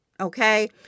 okay